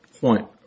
point